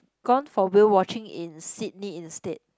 gone for whale watching in Sydney instead